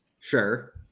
sure